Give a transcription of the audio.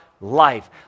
life